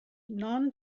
non